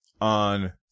on